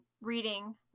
reading